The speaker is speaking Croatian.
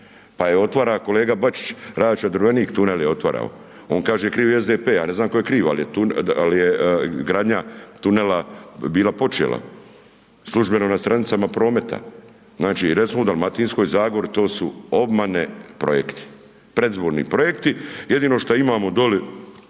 pa je otvara kolega Bačić, Račva – Drvenik tunel je otvarao, on kaže krivi je SDP, ja ne znam tko je kriv al je gradnja tunela bila počela, službeno na stranicama prometa. Znači, recimo u Dalmatinskoj zagori to su obmane projekti, predizborni projekti jedino što imamo doli